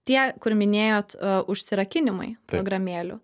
tie kur minėjot užsirakinimai programėlių